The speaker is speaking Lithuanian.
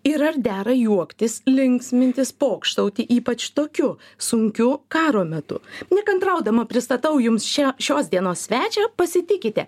ir ar dera juoktis linksmintis pokštauti ypač tokiu sunkiu karo metu nekantraudama pristatau jums šią šios dienos svečią pasitikite